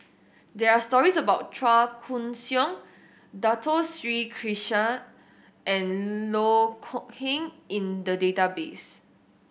there are stories about Chua Koon Siong Dato Sri Krishna and Loh Kok Heng in the database